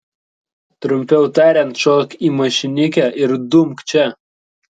trumpiau tariant šok į mašinikę ir dumk čia